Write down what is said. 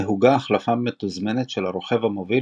נהוגה החלפה מתוזמנת של הרוכב המוביל